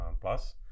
plus